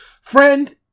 friend